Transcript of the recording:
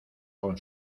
con